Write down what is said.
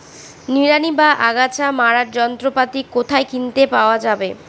নিড়ানি বা আগাছা মারার যন্ত্রপাতি কোথায় কিনতে পাওয়া যাবে?